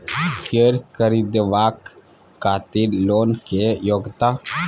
कैर खरीदवाक खातिर लोन के योग्यता?